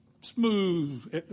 Smooth